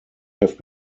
have